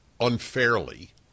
unfairly